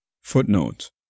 Footnote